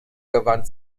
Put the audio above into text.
gewann